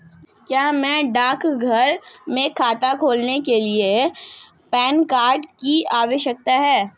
क्या हमें डाकघर में खाता खोलने के लिए पैन कार्ड की आवश्यकता है?